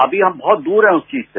अमी हम बहुत दूर है उस चीज से